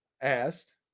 asked